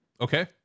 Okay